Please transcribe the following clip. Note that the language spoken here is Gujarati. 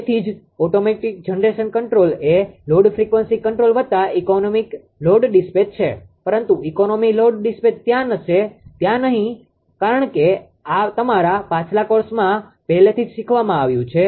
તેથી જ ઓટોમેટીક જનરેશન કન્ટ્રોલ એ લોડ ફ્રિકવન્સી કન્ટ્રોલ વત્તા ઇકોનોમિક લોડ ડીસ્પેચ છે પરંતુ ઇકોનોમિ લોડ ડીસ્પેચ ત્યાં હશે નહિ કારણ કે આ તમારા પાછલા કોર્સમાં પહેલેથી જ શીખવવામાં આવ્યું છે